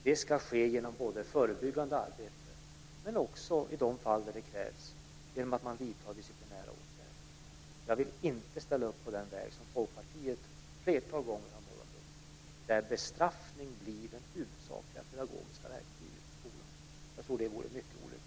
Det ska ske genom förebyggande arbete men också, i de fall där det krävs, genom att man vidtar disciplinära åtgärder. Jag vill inte ställa upp på den väg som Folkpartiet ett flertal gånger har målat upp, där bestraffning blir det huvudsakliga pedagogiska verktyget i skolan. Jag tror att det vore mycket olyckligt.